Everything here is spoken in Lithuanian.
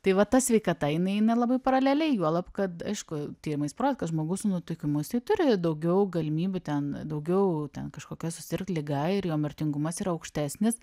tai va ta sveikata jinai eina labai paraleliai juolab kad aišku tyrimais parodyta kad žmogus su nutukimu jisai turi daugiau galimybių ten daugiau ten kažkokia susirgt liga ir jo mirtingumas yra aukštesnis